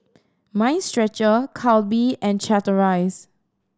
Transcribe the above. Mind Stretcher Calbee and Chateraise